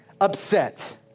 upset